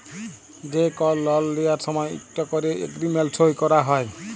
যে কল লল লিয়ার সময় ইকট ক্যরে এগ্রিমেল্ট সই ক্যরা হ্যয়